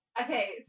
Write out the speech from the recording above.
Okay